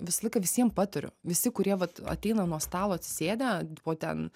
visą laiką visiem patariu visi kurie vat ateina nuo stalo atsisėdę po ten